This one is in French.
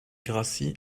grassi